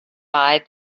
buy